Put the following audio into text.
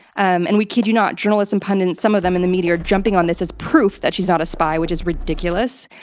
um and we kid you not, journalists and pundits, some of them in the media, are jumping on this as proof that she's not a spy, which is ridiculous.